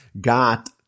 got